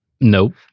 Nope